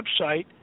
website